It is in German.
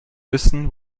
wissen